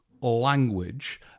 language